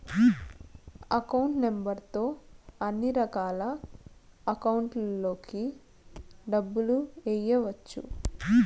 account number తో అన్నిరకాల అకౌంట్లలోకి డబ్బులు ఎయ్యవచ్చు